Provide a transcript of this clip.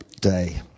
day